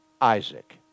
Isaac